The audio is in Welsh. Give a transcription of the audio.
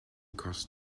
gost